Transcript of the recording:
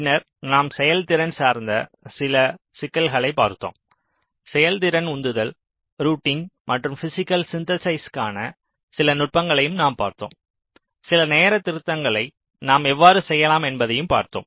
பின்னர் நாம் செயல்திறன் சார்ந்த சில சிக்கல்களைப் பார்த்தோம் செயல்திறன் உந்துதல் ரூட்டிங் மற்றும் பிஸிக்கல் சிந்தெசிஸ்க்கான சில நுட்பங்களையும் நாம் பார்த்தோம் சில நேர திருத்தங்களை நாம் எவ்வாறு செய்யலாம் என்பதையும் பார்த்தோம்